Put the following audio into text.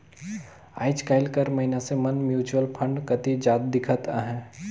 आएज काएल कर मइनसे मन म्युचुअल फंड कती जात दिखत अहें